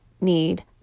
need